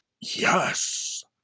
Yes